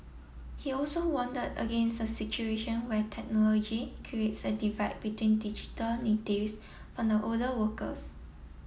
he also against a situation where technology creates a divide between digital natives from the older workers